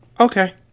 Okay